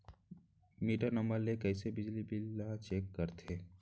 Metre number ले कइसे बिजली बिल ल चेक करथे?